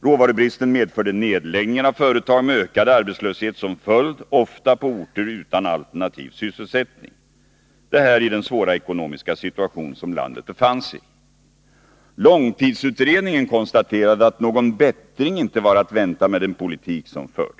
Råvarubristen medförde nedläggning av företag, med ökad arbetslöshet som följd, ofta på orter utan alternativ sysselsättning. Det här i den svåra ekonomiska situation som landet befann sig i. Långtidsutredningen konstaterade att någon förbättring inte var att vänta med den politik som fördes.